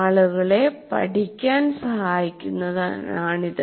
ആളുകളെ പഠിക്കാൻ സഹായിക്കുന്നതിനാണിത്